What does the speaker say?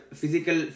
physical